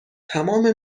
تمام